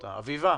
אביבה,